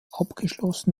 abgeschlossen